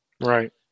Right